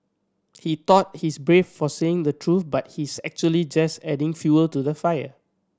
he thought he's brave for saying the truth but he's actually just adding fuel to the fire